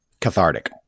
cathartic